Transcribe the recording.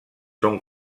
són